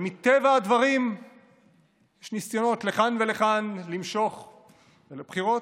ומטבע הדברים יש ניסיונות לכאן ולכאן למשוך לבחירות.